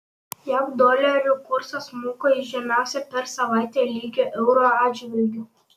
jav dolerio kursas smuko į žemiausią per savaitę lygį euro atžvilgiu